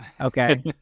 Okay